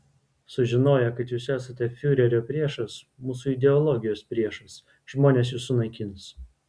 sužinoję kad jūs esate fiurerio priešas mūsų ideologijos priešas žmonės jus sunaikins